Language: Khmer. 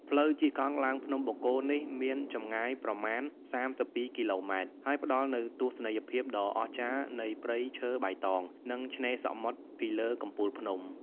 ផ្លូវជិះកង់ឡើងភ្នំបូកគោនេះមានចម្ងាយប្រមាណ ៣២ គីឡូម៉ែត្រ ហើយផ្តល់នូវទស្សនីយភាពដ៏អស្ចារ្យនៃព្រៃឈើបៃតង និងឆ្នេរសមុទ្រពីលើកំពូលភ្នំ។